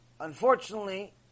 Unfortunately